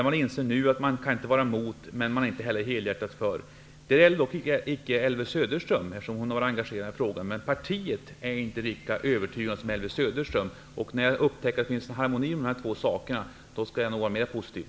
Man inser nu att man inte kan vara emot, men man är heller inte helhjärtat för. Detta gäller inte Elvy Söderström, som har engagerat sig i frågan. Däremot är man i partiet inte lika övertygad som Elvy Söderström. När jag upptäcker att det finns en harmoni hos er, blir jag nog mera positiv.